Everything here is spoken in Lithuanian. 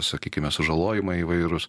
sakykime sužalojimai įvairūs